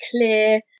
clear